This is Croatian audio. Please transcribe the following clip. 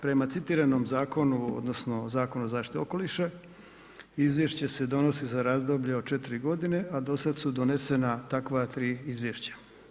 Prema citiranom zakonu odnosno Zakonu o zaštiti okoliša izvješće se donosi za razdoblje od 4 godine, a do sada su donesena takva 3 izvješća.